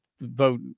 vote